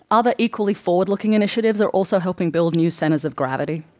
other equally forward-looking initiatives are also helping building new centres of gravity,